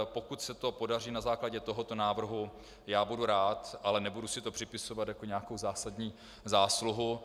Pokud se to podaří na základě tohoto návrhu, budu rád, ale nebudu si to připisovat jako nějakou zásadní zásluhu.